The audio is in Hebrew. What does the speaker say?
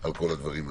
על כל הדברים האלה.